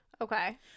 okay